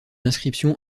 inscription